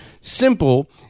simple